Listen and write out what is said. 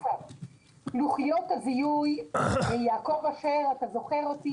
לוחיות הזיהוי יעקב אשר, אתה זוכר אותי.